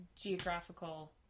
geographical